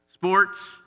Sports